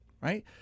right